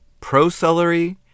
pro-celery